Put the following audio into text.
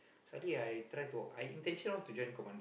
suddenly I try to I intention want to join the commando